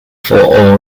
for